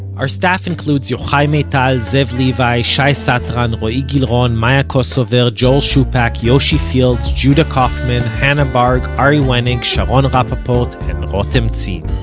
our staff includes yochai maital, zev levi, shai satran, roee gilron, maya kosover, joel shupack, yoshi fields, judah kauffman, hannah barg, ari wenig, sharon rapaport and ah rotem zin.